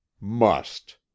Must